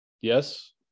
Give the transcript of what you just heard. Yes